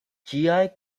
ĝiaj